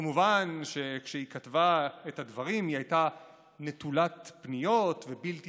כמובן שכשהיא כתבה את הדברים היא הייתה נטולת פניות ובלתי